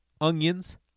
Onions